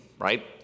right